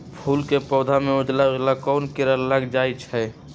फूल के पौधा में उजला उजला कोन किरा लग जई छइ?